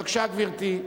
בבקשה, גברתי.